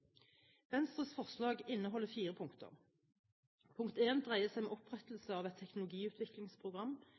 Venstres forslag inneholder fire punkter: Punkt 1 dreier seg om opprettelse av et teknologiutviklingsprogram